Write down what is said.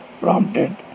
prompted